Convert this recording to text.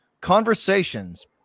conversations